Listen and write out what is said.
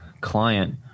client